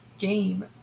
game